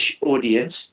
audience